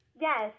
Yes